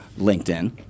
LinkedIn